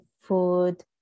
food